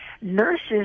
nurses